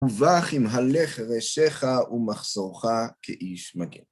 ובא כמהלך ראשך ומחסורך כאיש מגן.